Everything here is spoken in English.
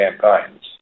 campaigns